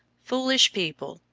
foolish people,